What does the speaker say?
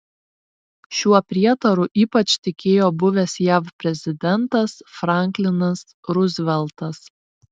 šiuo prietaru ypač tikėjo buvęs jav prezidentas franklinas ruzveltas